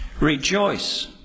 Rejoice